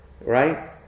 Right